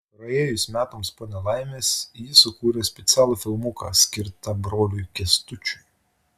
praėjus metams po nelaimės ji sukūrė specialų filmuką skirtą broliui kęstučiui